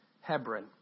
Hebron